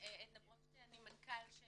עדנה ברונשטיין, מנכ"לית של